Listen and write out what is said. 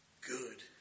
good